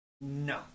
No